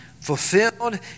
fulfilled